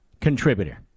contributor